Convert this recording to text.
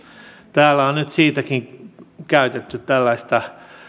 täällä on nyt siitäkin käytetty tällaista